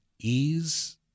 ease